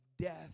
death